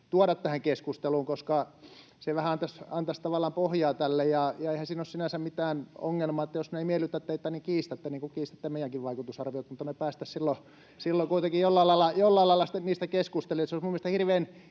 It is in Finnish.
tuoda tähän keskusteluun, koska se vähän antaisi tavallaan pohjaa tälle. Eihän siinä ole sinänsä mitään ongelmaa, sillä jos ne eivät miellytä teitä, niin sitten kiistätte ne niin kuin kiistätte meidänkin vaikutusarviot. [Vilhelm Junnila: Kenen kassakaapissa ne ovat?] Me päästäisiin silloin kuitenkin jollain lailla niistä keskustelemaan. Se olisi mielestäni hirveän